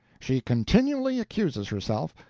she continually excuses herself.